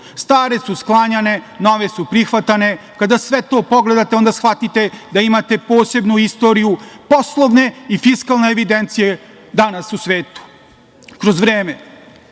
Stare su sklanjane, nove su prihvatane. Kada sve to pogledate onda shvatite da imate posebnu istoriju, poslovne i fiskalne evidencije danas u svetu. Kroz vreme